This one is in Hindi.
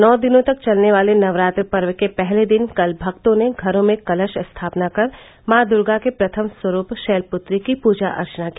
नौ दिनों तक चलने वाले नवरात्र पर्व के पहले दिन कल भक्तों ने घरों में कलश स्थापना कर माँ दुर्गा के प्रथम स्वरूप शैलपुत्री की पूजा अर्चना की